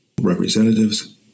representatives